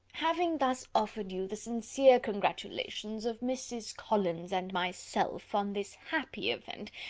having thus offered you the sincere congratulations of mrs. collins and myself on this happy event,